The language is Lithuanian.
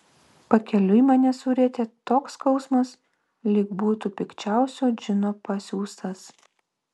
pakeliui mane surietė toks skausmas lyg būtų pikčiausio džino pasiųstas